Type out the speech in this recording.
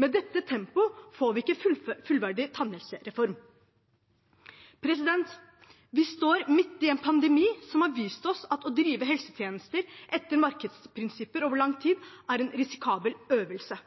Med dette tempoet får vi ikke en fullverdig tannhelsereform. Vi står midt i en pandemi som har vist oss at å drive helsetjenester etter markedsprinsipper over lang tid er en risikabel øvelse.